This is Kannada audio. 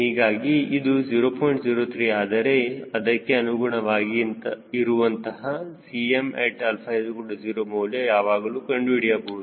03 ಆದರೆ ಅದಕ್ಕೆ ಅನುಗುಣವಾಗಿ ಇರುವಂತಹ Cmat 0 ಮೌಲ್ಯ ಯಾವಾಗಲೂ ಕಂಡುಹಿಡಿಯಬಹುದು